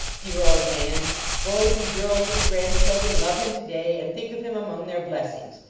dear old man boys and girls with grand children love him to-day, and think of him among their blessings.